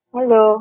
Hello